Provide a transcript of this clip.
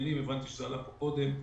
הבנתי שזה עלה פה קודם,